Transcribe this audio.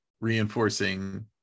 reinforcing